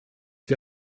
wir